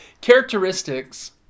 characteristics